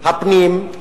הפנים,